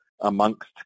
amongst